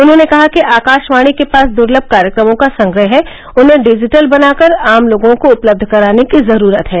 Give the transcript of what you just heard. उन्होंने कहा कि आकाशवाणी के पास द्र्लम कार्यक्रमों का संग्रह है उन्हें डिजिटल बनाकर आम लोगों को उपलब्ध कराने की जरूरत है